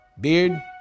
Beard